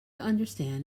understand